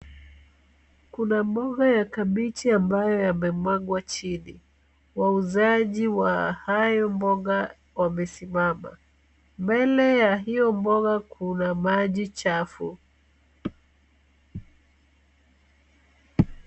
Kuna mboga ya kabichi ambayo yamemwagwa chini. Wauzaji wa hio mboga wamesimama. Mbele ya hio mboga kuna maji chafu.